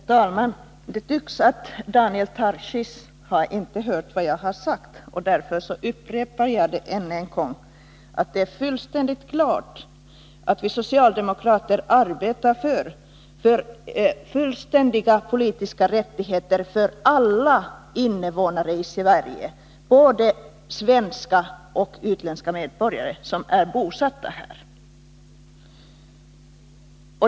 Herr talman! Det verkar som om Daniel Tarschys inte har hört vad jag har sagt, och därför upprepar jag det: Det är fullständigt klart att vi socialdemokrater arbetar för fullständiga politiska rättigheter för alla invånare i Sverige, både de svenska och de utländska medborgare som är bosatta här.